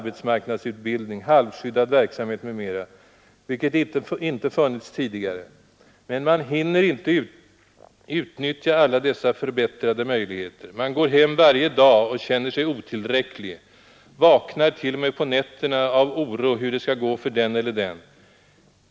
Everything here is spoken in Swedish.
arbetsmarknadsutbildning, halvskyddad verksamhet m.m., vilket inte funnits tidigare. Men man hinner inte utnyttja alla dessa förbättrade möjligheter. — Man går hem varje dag och känner sig otillräcklig. Vaknar till och med på nätterna av oro hur det ska gå för den och den.